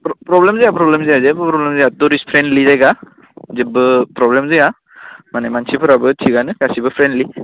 problem जाया problem जाया जेबो प्रब्लेम जाया टुरिस्ट फ्रेन्डलि जायगा जेबो प्रब्लेम जाया माने मानसिफोराबो थिकआनो गासैबो फ्रेन्डलि